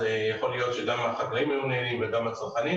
יכול להיות שגם החקלאים היו נהנים וגם הצרכנים.